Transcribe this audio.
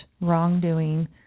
wrongdoing